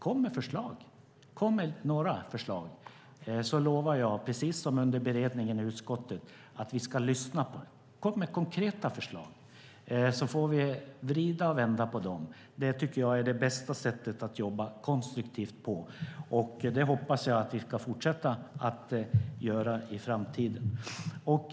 Kom med några förslag! Då lovar jag, precis som under beredningen i utskottet, att vi ska lyssna på dem. Kom med konkreta förslag! Då får vi vrida och vända på dem. Det tycker jag är det bästa sättet att jobba konstruktivt, och jag hoppas att vi ska fortsätta att göra det i framtiden.